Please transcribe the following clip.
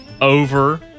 over